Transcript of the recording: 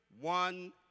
one